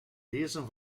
lezen